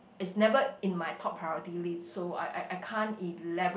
it's never in my top priority list so I I I can't elaborate